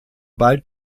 bald